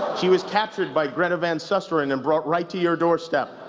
she was captured by greta van susteren and brought right to your doorstep.